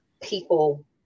people